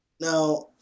Now